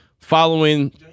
following